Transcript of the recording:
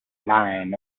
line